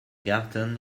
garten